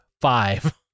Five